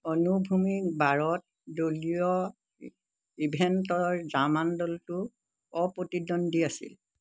আনুভূমিক বাৰত দলীয় ইভেণ্টৰ জাৰ্মান দলটো অপ্ৰতিদ্বন্দ্বী আছিল